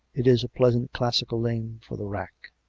it is a pleasant classical name for the rack.